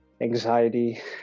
anxiety